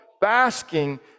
basking